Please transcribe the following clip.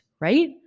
right